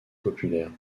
populaire